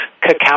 cacao